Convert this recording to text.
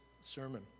sermon